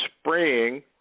spraying